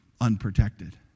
unprotected